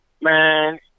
man